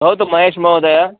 भवतु महेशः महोदय